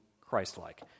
Christ-like